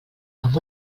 amb